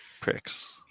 pricks